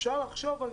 אפשר לחשוב על